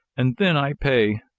and then i pay.